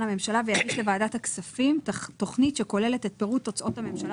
הממשלה ויגיש לוועדת הכספים תכנית שכוללת את פירוט ההוצאות הממשלה